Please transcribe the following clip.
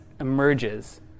emerges